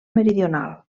meridional